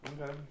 Okay